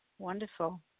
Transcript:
Wonderful